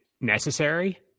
necessary